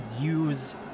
use